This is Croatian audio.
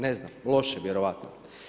Ne znam, loše vjerojatno.